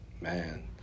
Man